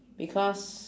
because